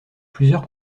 plusieurs